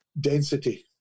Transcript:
density